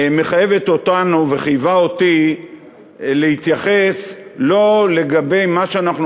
מחייבת אותנו וחייבה אותי להתייחס לא לגבי מה שאנחנו